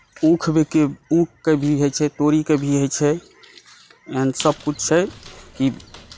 ऊखके भी होइ छै तोड़ीके भी होइ छै अन्न सभ कुछ छै ई